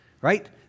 Right